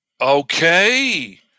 okay